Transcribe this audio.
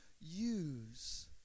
use